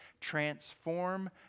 transform